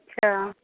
अच्छा